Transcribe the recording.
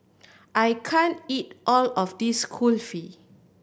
I can't eat all of this Kulfi